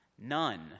None